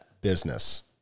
business